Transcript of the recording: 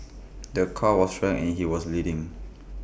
the car was wrecked and he was bleeding